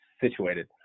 situated